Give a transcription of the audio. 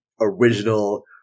original